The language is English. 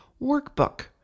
workbook